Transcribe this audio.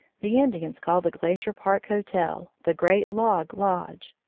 the indians call the glacier park hotel the great log lodge.